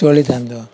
ଚଳିଥାନ୍ତୁ